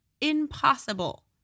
impossible